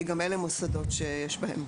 כי גם אלה מוסדות שיש בהם ילדים.